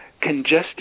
congested